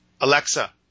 Alexa